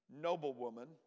noblewoman